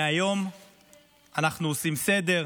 מהיום אנחנו עושים סדר,